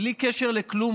בלי קשר לכלום,